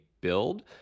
build